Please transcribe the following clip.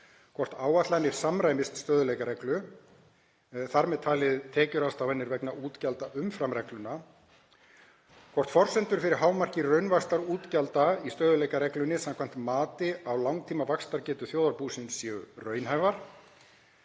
hvort áætlanir samræmist stöðugleikareglu, þ.m.t. tekjuráðstafanir vegna útgjalda umfram regluna, hvort forsendur fyrir hámarki raunvaxtar útgjalda í stöðugleikareglunni samkvæmt mati á langtímavaxtargetu þjóðarbúsins séu raunhæfar,